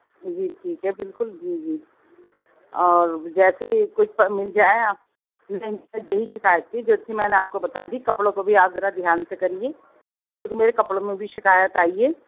جی ٹھیک ہے بالکل جی جی اور جیسے ہی کچھ مل جائے آپ نہیں یہی شکایت تھی جو کہ میں نے آپ کو بتا دی کپڑوں کو بھی ذرا دھیان سے کریے کیونکہ میرے کپڑوں میں بھی شکایت آئی ہے